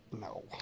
No